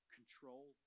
Control